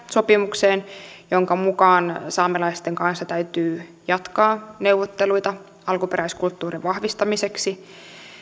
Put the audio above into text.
sopimukseen lausumia joiden mukaan saamelaisten kanssa täytyy jatkaa neuvotteluita alkuperäiskulttuurin vahvistamiseksi